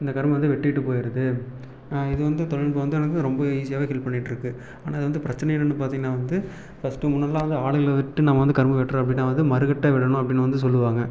இந்த கரும்பு வந்து வெட்டிவிட்டு போயிருது இது வந்து தொழில்நுட்பம் வந்து எனக்கு ரொம்ப ஈஸியாகவே ஹெல்ப் பண்ணிட்டுருக்கு ஆனால் இது வந்து பிரச்சனை என்னன்னு பார்த்திங்கன்னா வந்து ஃபர்ஸ்ட்டு முன்னாடிலாம் வந்து ஆளுங்களை விட்டு நம்ம வந்து கரும்பு வெட்டுறோம் அப்படினா வந்து மறு கட்டை விடணும் அப்படின்னு வந்து சொல்லுவாங்க